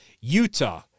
Utah